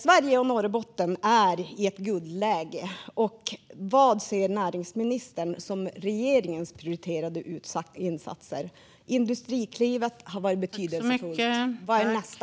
Sverige och Norrbotten är i ett guldläge. Vad ser näringsministern som regeringens prioriterade insatser? Industriklivet har varit betydelsefullt. Vad är nästa kliv för regeringen?